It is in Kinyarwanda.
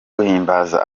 guhimbaza